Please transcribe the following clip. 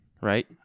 right